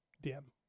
dim